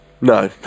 no